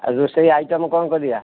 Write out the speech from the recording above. ଆଉ ରୋଷେଇ ଆଇଟମ୍ କ'ଣ କରିବା